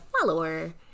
follower